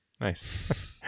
Nice